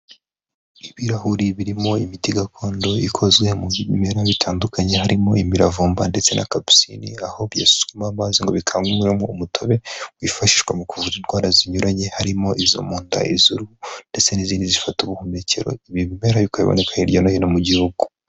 Ibirahuri birimo imiti gakondo ikozwe mu bimera bitandukanye harimo imiravumba ndetse na kapsinine aho bisukwa mu amazi ngo bikanguwemo umutobe wifashishwa mu kuvura indwara zinyuranye harimo izo mu nda n'iz'uruhu ndetse n'izindi zifata ubuhumekero ,ibimera bikaboneka hirya no hino mu gihugu.